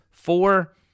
Four